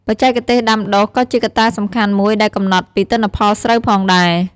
បច្ចេកទេសដាំដុះ ក៏ជាកត្តាសំខាន់មួយដែលកំណត់ពីទិន្នផលស្រូវផងដែរ។